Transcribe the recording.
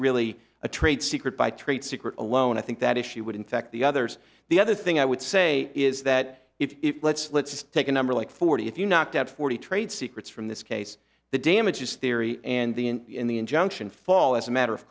really a trade secret by trade secret alone i think that if she would infect the others the other thing i would say is that if let's let's just take a number like forty if you knocked out forty trade secrets from this case the damage is theory and the and in the injunction fall as a matter of